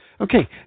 okay